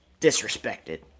disrespected